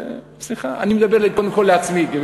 סליחה, אני מדבר קודם כול לעצמי.